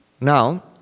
Now